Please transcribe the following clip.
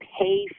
pay